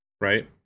Right